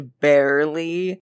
barely